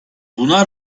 buna